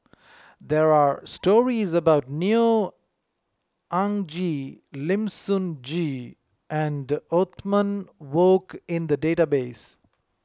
there are stories about Neo Anngee Lim Sun Gee and Othman Wok in the database